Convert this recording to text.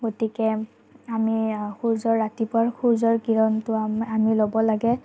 গতিকে আমি সূৰ্য ৰাতিপূৱাৰ সূৰ্যৰ কিৰণটো আমি ল'ব লাগে